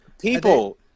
People